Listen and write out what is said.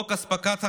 חוק אספקת חשמל,